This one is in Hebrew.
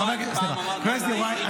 חבר הכנסת יוראי,